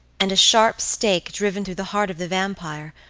and a sharp stake driven through the heart of the vampire,